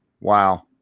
Wow